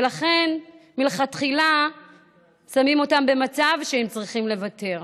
ולכן מלכתחילה שמים אותם במצב שהם צריכים לוותר.